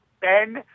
ben